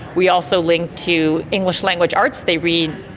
we also link to english language arts. they read,